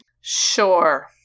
Sure